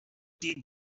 did